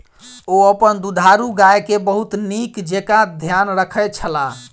ओ अपन दुधारू गाय के बहुत नीक जेँका ध्यान रखै छला